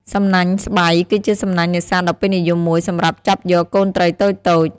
សំណាញ់ស្បៃ គឺជាសំណាញ់នេសាទដ៏ពេញនិយមមួយ សម្រាប់ចាប់យកកូនត្រីតូចៗ។